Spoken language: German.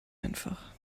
einfach